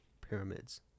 pyramids